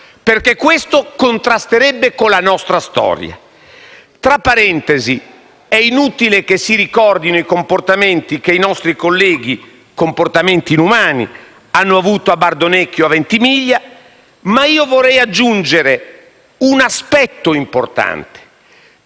perché questo contrasterebbe con la nostra storia. Tra l'altro, è inutile che si ricordino i comportamenti inumani che i nostri colleghi hanno avuto a Bardonecchia o a Ventimiglia, ma io vorrei aggiungere un aspetto importante: